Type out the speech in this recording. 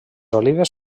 olives